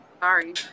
sorry